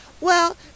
Well